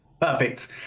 perfect